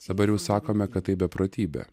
dabar jau sakome kad tai beprotybė